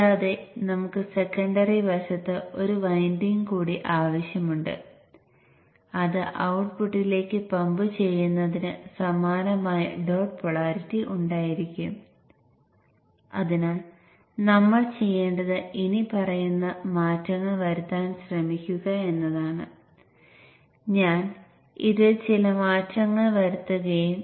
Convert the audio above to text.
അതിനാൽ നിങ്ങൾക്ക് ഇവിടെ Vin ഉണ്ട് നിങ്ങൾക്ക് Vin2 ഉണ്ട് പ്രൈമറിയിൽ ദൃശ്യമാകുന്ന വോൾട്ടേജ് Vin2 ആണ്